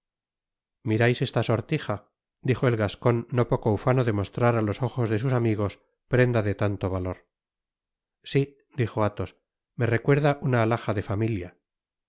esta sortija dijo el gascon no poco ufano de mostrar á los ojos de sus amigos prenda de tanto valor si dijo athos me recuerda una athaja de familia